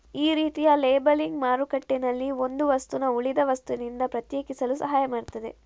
ಈ ರೀತಿಯ ಲೇಬಲಿಂಗ್ ಮಾರುಕಟ್ಟೆನಲ್ಲಿ ಒಂದು ವಸ್ತುನ ಉಳಿದ ವಸ್ತುನಿಂದ ಪ್ರತ್ಯೇಕಿಸಲು ಸಹಾಯ ಮಾಡ್ತದೆ